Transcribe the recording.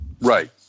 Right